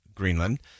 Greenland